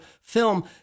film